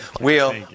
Wheel